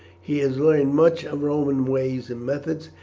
he has learned much of roman ways and methods,